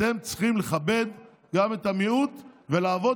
אתם צריכים לכבד גם את המיעוט ולעבוד